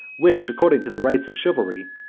which, according to the rites of chivalry,